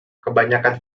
kebanyakan